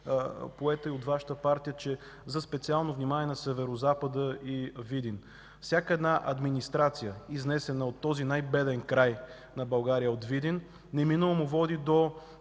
поета и от Вашата партия, за специално внимание на Северозапада и Видин. Всяка една администрация, изнесена от този най-беден край на България – от Видин, неминуемо води до